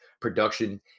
production